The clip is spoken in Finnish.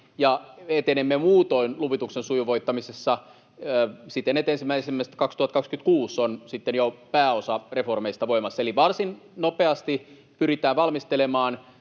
ja etenemme muutoin luvituksen sujuvoittamisessa siten, että 1.1.2026 on sitten jo pääosa reformeista voimassa. Eli varsin nopeasti pyritään valmistelemaan